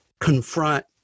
confront